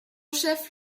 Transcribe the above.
chef